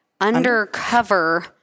undercover